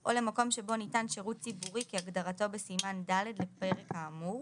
או למקום שבו ניתן שירות ציבורי כהגדרתו בסימן ד' לפרק האמור,